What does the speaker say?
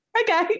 okay